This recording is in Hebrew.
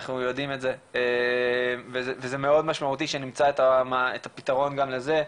אנחנו יודעים את זה וזה מאוד משמעותי שנמצא את הפתרון גם לזה,